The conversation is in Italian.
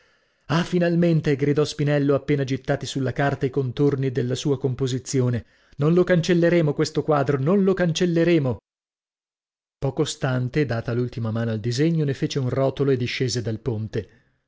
ah finalmente gridò spinello appena gittati sulla carta i contorni della sua composizione non lo cancelleremo questo quadro non lo cancelleremo poco stante data l'ultima mano al disegno ne fece un rotolo e discese dal ponte